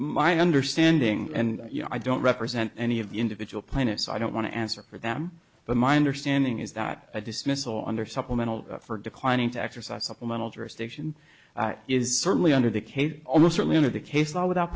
my understanding and i don't represent any of the individual plaintiffs i don't want to answer for them but my understanding is that a dismissal under supplemental for declining to exercise supplemental jurisdiction is certainly under the case almost certainly under the case law without